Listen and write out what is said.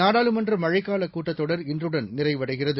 நாடாளுமன்றமழைக்காலகூட்டத்தொடர்இன்றுடன்நிறைவ டைகிறது